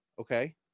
okay